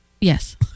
Yes